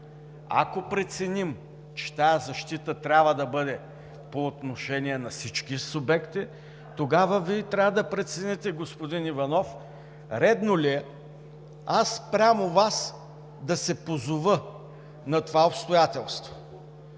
Ако преценим, че тази защита трябва да бъде по отношение на всички субекти, тогава Вие трябва да прецените, господин Иванов, редно ли е аз спрямо Вас да се позова на това обстоятелство,